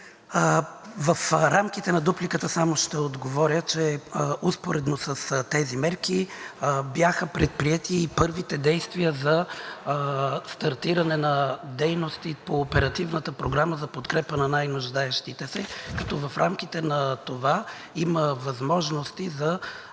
В рамките на дупликата само ще отговоря, че успоредно с тези мерки бяха предприети и първите действия за стартиране на дейности по Оперативната програма за подкрепа на най-нуждаещите се, като в рамките на това има възможности за